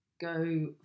go